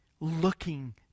looking